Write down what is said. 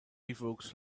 evokes